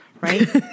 right